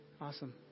awesome